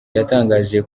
yatangaje